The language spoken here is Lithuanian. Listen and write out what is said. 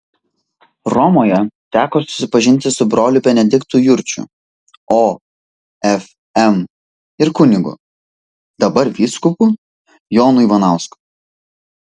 romoje teko susipažinti su broliu benediktu jurčiu ofm ir kunigu dabar vyskupu jonu ivanausku